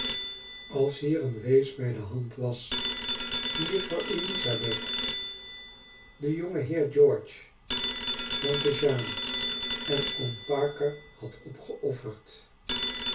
as hier een wees bijdehand waa die juffrouw elizabeth den jongen heer george tante jeane en oom parker had opgeofferd